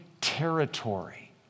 territory